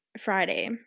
Friday